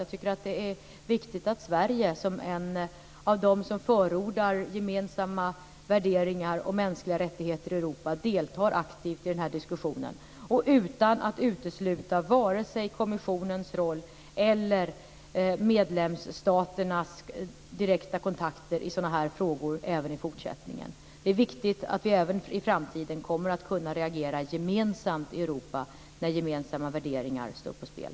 Jag tycker att det är viktigt att Sverige som ett av de länder som förordar gemensamma värderingar och mänskliga rättigheter i Europa deltar aktivt i den här diskussionen utan att utesluta vare sig kommissionens roll eller medlemsstaternas direkta kontakter i sådana här frågor även i fortsättningen. Det är viktigt att vi även i framtiden kommer att kunna reagera gemensamt i Europa när gemensamma värderingar står på spel.